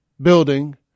building